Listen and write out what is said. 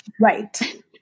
Right